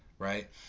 Right